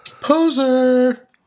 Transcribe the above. Poser